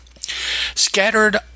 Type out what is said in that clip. Scattered